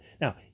Now